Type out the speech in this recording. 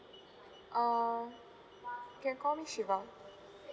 uh you can call me shiva